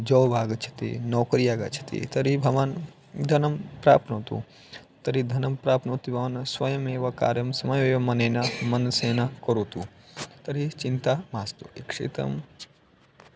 job आगच्छति नौकरी आगच्छति तर्हि भवान् धनं प्राप्नोतु तर्हि धनं प्राप्नोति भवान् स्वयमेव कार्यं समवेव मनेन मनसा करोतु तर्हि चिन्ता मास्तु ईप्सितं